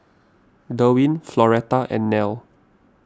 Derwin Floretta and Nelle